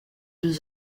deux